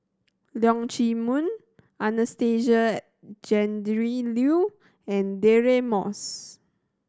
Leong Chee Mun Anastasia Tjendri Liew and Deirdre Moss